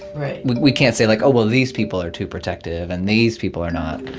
right we can't say like, oh, well these people are too protective, and these people are not.